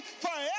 forever